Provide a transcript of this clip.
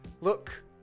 look